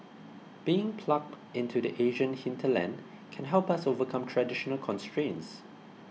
being plugged into the Asian hinterland can help us overcome traditional constraints